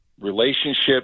relationship